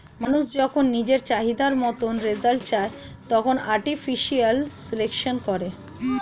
মানুষ যখন নিজের চাহিদা মতন রেজাল্ট চায়, তখন আর্টিফিশিয়াল সিলেকশন করে